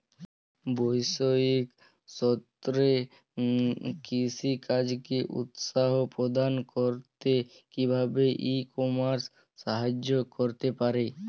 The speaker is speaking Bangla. বৈষয়িক স্তরে কৃষিকাজকে উৎসাহ প্রদান করতে কিভাবে ই কমার্স সাহায্য করতে পারে?